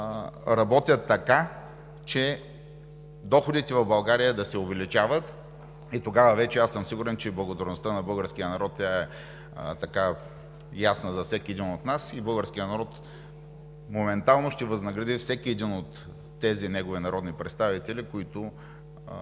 работят така, че доходите в България да се увеличават. И тогава вече аз съм сигурен, че благодарността на българския народ, тя е ясна за всеки един от нас, и българският народ моментално ще възнагради всеки от тези негови народни представители, които